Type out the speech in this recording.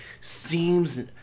seems